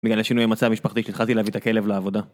בגלל השינוי המצב המשפחתי, כשהתחלתי להביא את הכלב לעבודה.